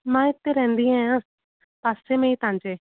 मां हिते रहंदी आहियां पासे में ई तव्हांजे